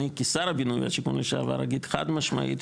כשר הבינוי והשיכון לשעבר אגיד חד משמעית,